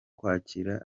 kwakira